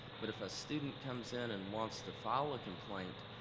but if a student comes in and wants to file a complaint,